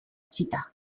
itxita